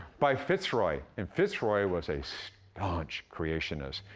by fitzroy, and fitzroy was a staunch creationist.